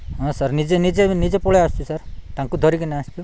ହଁ ସାର୍ ନିଜେ ନିଜେ ନିଜେ ପଳାଇ ଆସୁଛି ସାର୍ ତାଙ୍କୁ ଧରିକିନା ଆସିବି